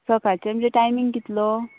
सकाळचें म्हणजे टायमींग कितलो